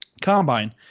combine